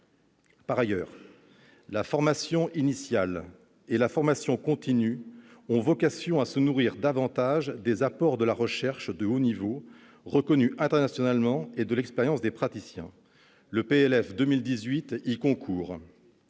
Par ailleurs, la formation initiale et la formation continue ont vocation à se nourrir davantage des apports de la recherche de haut niveau reconnue internationalement et de l'expérience des praticiens. Le projet